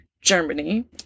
Germany